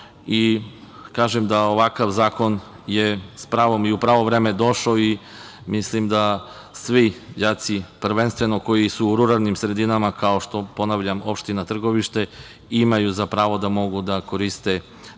Kažem da ovakav zakon je s pravom i u pravo vreme došao i mislim da svi đaci, prvenstveno koji su u ruralnim sredinama, kao što je opština Trgovište, imaju za pravo da koriste najnovije